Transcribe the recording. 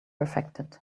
affected